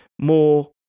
More